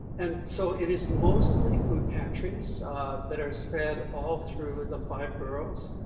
and so it is mostly food pantries that are spread all through the five boroughs.